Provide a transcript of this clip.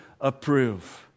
approve